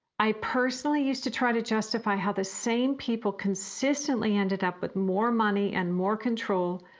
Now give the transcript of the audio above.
i personally used to try to justify how the same people consistently ended up with more money and more control,